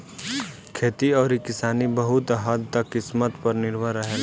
खेती अउरी किसानी बहुत हद्द तक किस्मत पर निर्भर रहेला